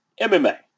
MMA